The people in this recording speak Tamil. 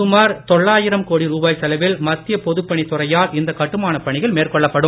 சுமார் தொள்ளாயிரம் கோடி ருபாய் செலவில் மத்திய பொதுப் பணித்துறையால் இந்த கட்டுமானப் பணிகள் மேற்கொள்ளப்படும்